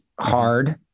hard